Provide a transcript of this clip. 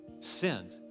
sinned